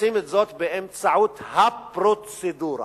עושים זאת באמצעות הפרוצדורה